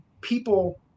people